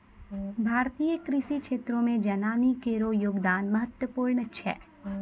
भारतीय कृषि क्षेत्रो मे जनानी केरो योगदान महत्वपूर्ण छै